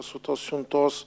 su tos siuntos